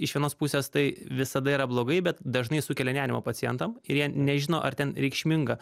iš vienos pusės tai visada yra blogai bet dažnai sukelia nerimą pacientam ir jie nežino ar ten reikšminga